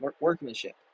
workmanship